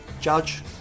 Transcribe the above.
Judge